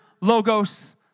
logos